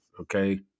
okay